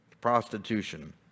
prostitution